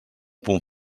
punt